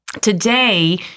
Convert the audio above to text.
today